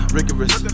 Rigorous